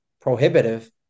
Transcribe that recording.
prohibitive